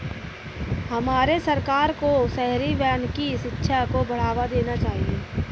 हमारे सरकार को शहरी वानिकी शिक्षा को बढ़ावा देना चाहिए